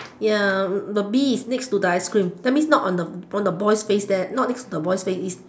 ya the bee is next to the ice cream that means not on the on the boy's face there not next to the boy's face it's